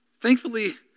Thankfully